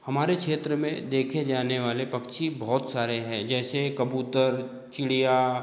हमारे क्षेत्र में देखे जाने वाले पक्षी बहुत सारे हैं जैसे कबूतर चिड़िया